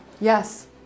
Yes